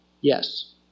Yes